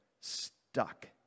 stuck